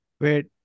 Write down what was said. Wait